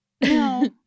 No